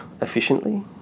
efficiently